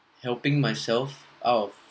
helping myself out of